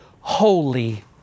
holy